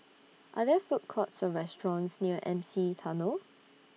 Are There Food Courts Or restaurants near M C E Tunnel